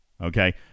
okay